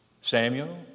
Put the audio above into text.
Samuel